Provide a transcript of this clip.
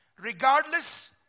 regardless